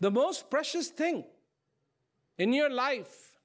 the most precious thing in your life